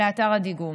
לאתר הדיגום.